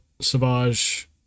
Savage